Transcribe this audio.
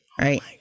right